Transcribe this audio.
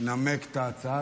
לנמק את ההצעה.